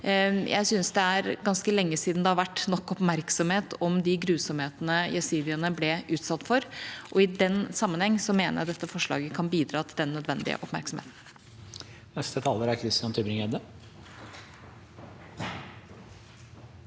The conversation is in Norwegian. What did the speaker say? Jeg syns det er ganske lenge siden det har vært nok oppmerksomhet om de grusomhetene jesidiene ble utsatt for, og i den sammenheng mener jeg dette forslaget kan bidra til den nødvendige oppmerksomheten.